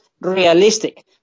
Realistic